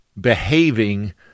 behaving